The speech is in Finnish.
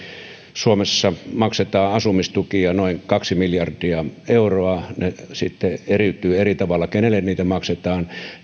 suomessa maksetaan asumistukia noin kaksi miljardia euroa se sitten eriytyy eri tavalla kenelle niitä maksetaan